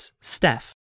Steph